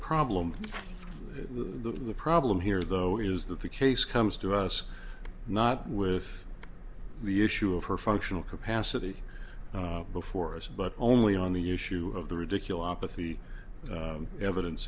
problem the problem here though is that the case comes to us not with the issue of her functional capacity before us but only on the issue of the ridiculous with the evidence